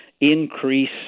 increase